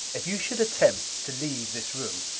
if you should attempt to leave this room,